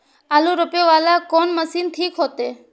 आलू रोपे वाला कोन मशीन ठीक होते?